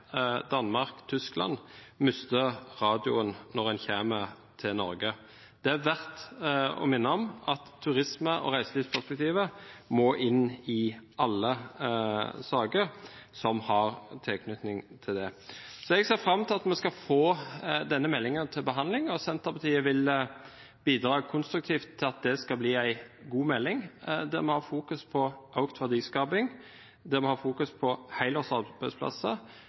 Danmark og Tyskland mister radioforbindelsen når de kommer til Norge? Det er verdt å minne om at turisme- og reiselivsperspektivet må tas med i alle saker som har tilknytning til dette. Jeg ser fram til at vi skal få denne meldingen til behandling, og Senterpartiet vil bidra konstruktivt til at det skal bli en god melding, der vi fokuserer på økt verdiskaping og helårs arbeidsplasser, og der vi